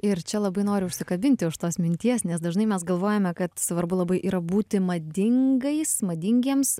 ir čia labai noriu užsikabinti už tos minties nes dažnai mes galvojame kad svarbu labai yra būti madingais madingiems